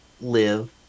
live